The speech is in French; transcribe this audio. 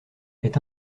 est